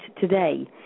today